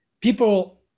People